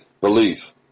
belief